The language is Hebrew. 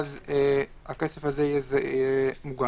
הכסף הזה מוגן.